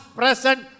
present